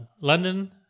London